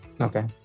Okay